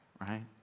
right